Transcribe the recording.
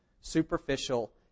superficial